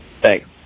Thanks